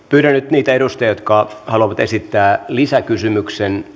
niitä edustajia jotka haluavat esittää lisäkysymyksen